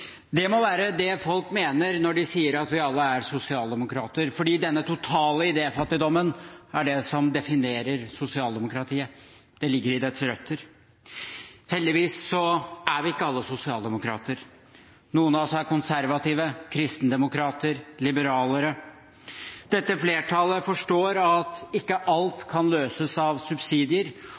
Det må være det folk mener når de sier at vi alle er sosialdemokrater, for denne totale idéfattigdommen er det som definerer sosialdemokratiet. Det ligger i dets røtter. Heldigvis er vi ikke alle sosialdemokrater, noen av oss er konservative, kristendemokrater, liberalere. Dette flertallet forstår at ikke alt kan løses av subsidier,